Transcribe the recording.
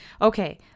Okay